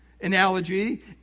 analogy